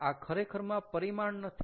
આ ખરેખરમાં પરિમાણ નથી